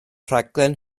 rhaglen